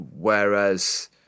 whereas